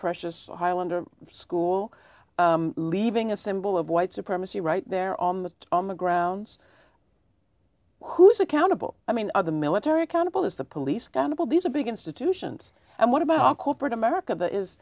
precious highlander school leaving a symbol of white supremacy right there on the on the grounds who's accountable i mean are the military accountable is the police countable these are big institutions and what about corporate america is